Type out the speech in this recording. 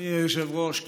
אדוני היושב-ראש,